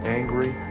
angry